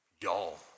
Y'all